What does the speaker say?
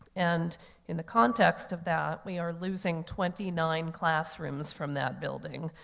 and in the context of that, we are losing twenty nine classrooms from that building,